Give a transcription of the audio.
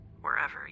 Wherever